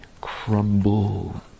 crumble